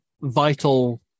vital